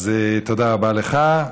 אז תודה רבה לך.